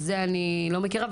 את זה אני לא מכירה.